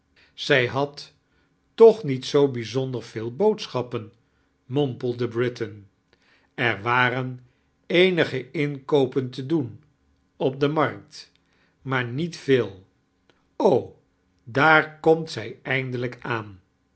zij had tooh niet zoo bijzonder vfeel boodschappen mompelde buitain er waren eenige jnkoopen te doen op de markt maar niet veel o daar kiomt zij eindelijk aan